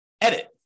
edit